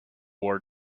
war